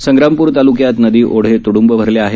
संग्रामपूर तालुक्यात नदी ओढे तूइंब भरले आहेत